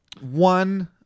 one